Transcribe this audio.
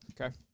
Okay